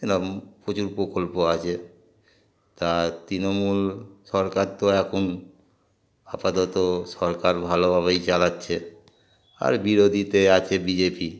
এ নাম প্রচুর প্রকল্প আছে তা তৃণমূল সরকার তো এখন আপাতত সরকার ভালোভাবেই চালাচ্ছে আর বিরোধীতে আছে বিজেপি